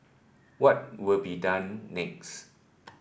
what will be done next